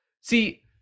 see